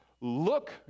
look